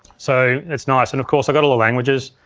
so, it's nice, and of course i've got all the languages.